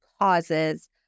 causes